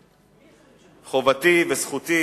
חובתי, זכותי